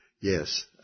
Yes